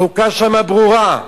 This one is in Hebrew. החוקה שם ברורה,